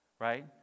Right